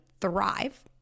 thrive